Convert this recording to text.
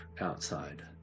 outside